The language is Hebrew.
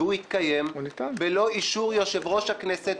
-- והוא יתקיים בלא אישור יושב-ראש הכנסת,